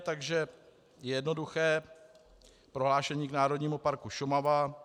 Takže jednoduché prohlášení k Národnímu parku Šumava.